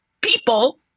people